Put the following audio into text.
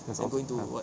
as of time